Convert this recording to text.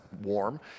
warm